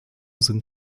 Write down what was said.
sind